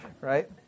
right